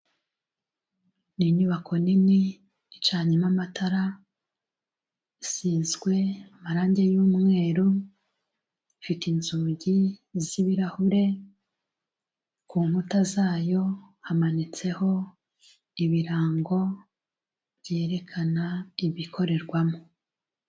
Ni inyubako nini icanyemo amatara, isizwe amarangi y'umweru, ifite inzugi z'ibirahure, ku nkuta zayo hamanitseho ibirango byerekana ibikorerwamo.